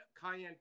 cayenne